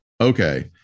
okay